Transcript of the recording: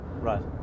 right